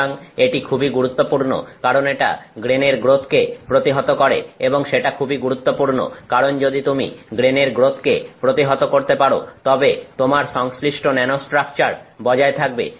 সুতরাং এটি খুবই গুরুত্বপূর্ণ কারণ এটা গ্রেনের গ্রোথ কে প্রতিহত করে এবং সেটা খুবই গুরুত্বপূর্ণ কারণ যদি তুমি গ্রেনের গ্রোথকে প্রতিহত করতে পারো তবে তোমার সংশ্লিষ্ট ন্যানোস্ট্রাকচার বজায় থাকবে